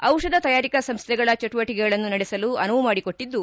ದಿಷಧ ತಯಾರಿಕಾ ಸಂಸ್ಥೆಗಳ ಚಟುವಟಿಕೆಗಳನ್ನು ನಡೆಸಲು ಅನುವು ಮಾಡಿಕೊಟ್ಟದ್ದು